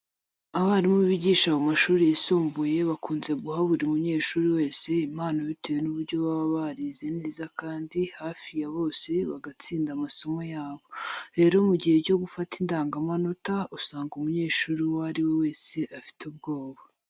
Abarimu bigisha mu mashuri yisumbuye bakunze guha buri munyeshuri wese impano bitewe n'uburyo baba barize neza kandi hafi ya bose bagatsinda amasomo yabo. Rero mu gihe cyo gufata ingandamanota, usanga umunyeshuri uwo ari we wese afite ubwoba.